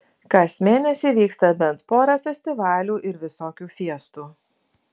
kas mėnesį vyksta bent pora festivalių ir visokių fiestų